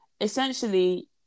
essentially